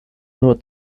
nur